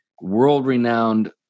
world-renowned